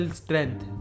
strength